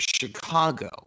Chicago